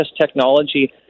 technology